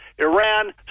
Iran